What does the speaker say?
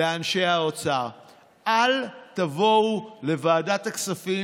מאנשי האוצר: אל תבואו לוועדת הכספים